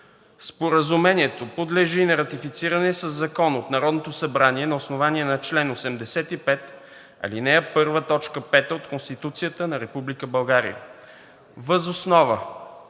Споразумението подлежи на ратифициране със закон от Народното събрание на основание на чл. 85, ал. 1, т. 5 от Конституцията на Република